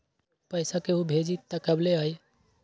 पैसा केहु भेजी त कब ले आई?